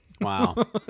wow